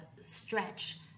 stretch